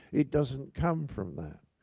it doesn't come from that.